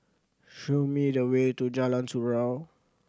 show me the way to Jalan Surau